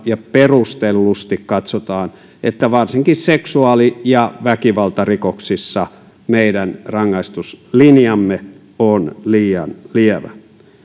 ja perustellusti katsotaan että varsinkin seksuaali ja väkivaltarikoksissa meidän rangaistuslinjamme on liian lievä